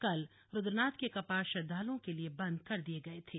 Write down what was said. कल रुद्रनाथ के कपाट श्रद्वालुओं के लिए बंद कर दिए गए थे